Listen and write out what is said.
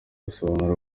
asobanura